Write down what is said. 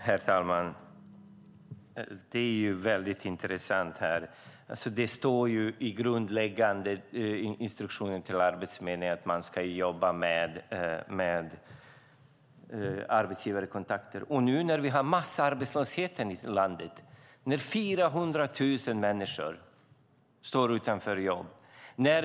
Herr talman! Det är väldigt intressant. Det står i den grundläggande instruktionen till Arbetsförmedlingen att den ska jobba med arbetsgivarkontakter. Nu har vi massarbetslöshet i landet, och 400 000 människor står utan jobb.